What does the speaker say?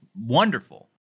wonderful